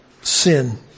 sin